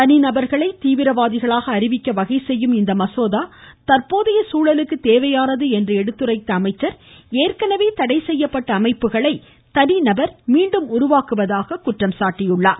தனிநபர்களை தீவிரவாதிகளாக அறிவிக்க வகை செய்யும் இந்த மசோதா தற்போதைய சூழலுக்கு தேவையானது என்று எடுத்துரைத்த அவர் ஏற்கெனவே தடை செய்யப்பட்ட அமைப்புகளை தனிநபர்கள் மீண்டும் உருவாக்குவதாக குற்றம் சாட்டியுள்ளார்